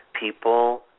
people